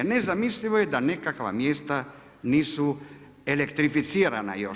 Nezamislivo je da nekakva mjesta nisu elektrificirana još.